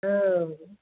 औ